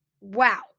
Wow